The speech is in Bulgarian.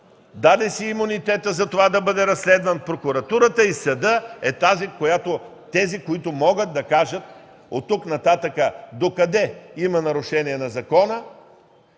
даде си имунитета за това да бъде разследван, прокуратурата и съдът са тези, които могат да кажат оттук нататък докъде има нарушение на закона,